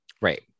right